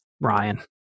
Ryan